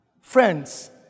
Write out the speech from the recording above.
Friends